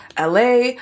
la